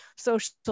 social